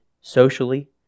socially